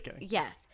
yes